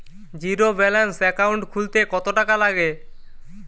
Zero balance account খুলতে কত টাকা লাগে?